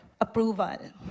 approval